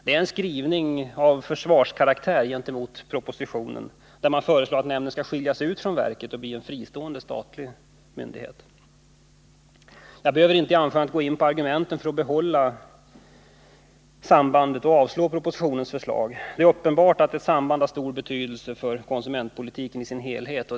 Det är en skrivning som har karaktären av försvar gentemot propositionen, där man föreslår att nämnden skall skiljas ut från verket och bli en fristående statlig myndighet. Jag behöver inte i mitt anförande gå in på argumenten för att behålla sambandet och avslå propositionens förslag. Det är uppenbart att ett samband har stor betydelse för konsumentpolitiken i dess helhet.